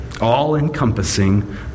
all-encompassing